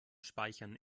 speichern